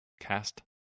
cast